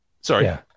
Sorry